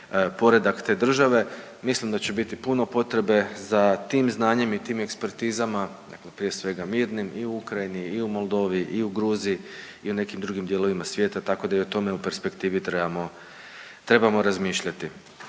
poredak te države. Mislim da će biti puno potrebe za tim znanjem i tim ekspertizama, prije svega mirnim i u Ukrajini i u Moldovi i u Gruziji i u nekim drugim dijelovima svijeta tako da i o tome u perspektivi trebamo, trebamo razmišljati.